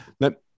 let